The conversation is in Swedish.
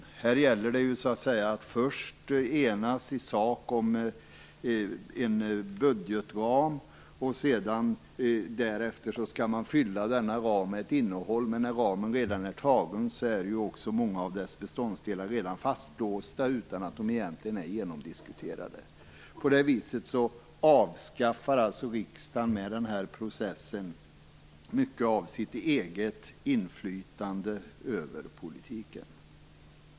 Här gäller det att först enas i sak om en budgetram. Därefter skall man fylla denna ram med ett innehåll. Men när ramen redan har antagits är många av dess beståndsdelar redan fastlåsta utan att de egentligen är genomdiskuterade. På detta sätt avskaffar riksdagen med denna process mycket av sitt eget inflytande över politiken.